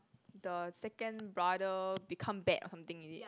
the second brother become bad or something is it